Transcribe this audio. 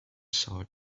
sword